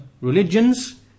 religions